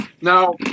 Now